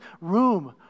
room